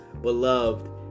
beloved